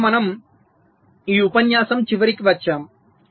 దీనితో మనము ఈ ఉపన్యాసం చివరికి వచ్చాము